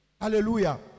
Hallelujah